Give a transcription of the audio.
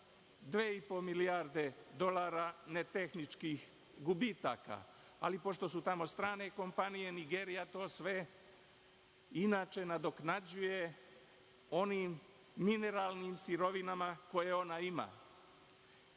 2,5 milijardi dolara netehničkih gubitaka, ali pošto su tamo strane kompanije, Nigerija to sve nadoknađuje onim mineralnim sirovinama koje ona ima.U